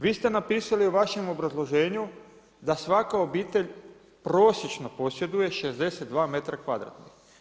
Vi ste napisali u vašem obrazloženju, da svaka obitelj prosječno posjeduje 62 metra kvadratnih.